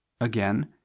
again